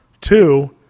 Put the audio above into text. Two